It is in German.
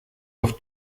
auf